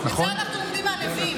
את זה אנחנו לומדים מהנביאים.